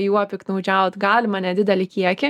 juo piktnaudžiaut galima nedidelį kiekį